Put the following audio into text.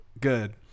Good